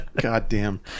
Goddamn